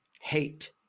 hate